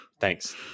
Thanks